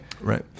Right